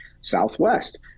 Southwest